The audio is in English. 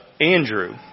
andrew